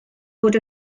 fod